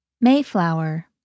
Mayflower